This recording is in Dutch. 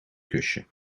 kusje